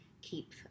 keep